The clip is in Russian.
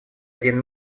один